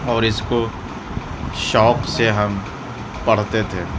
اور اِس کو شوق سے ہم پڑھتے تھے